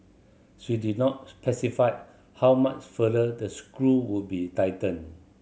she did not specify how much further the screw would be tightened